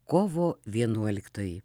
kovo vienuoliktoji